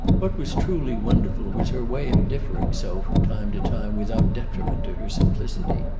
what was truly wonderful was her way of differing so from time to time without detriment to her simplicity.